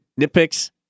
nitpicks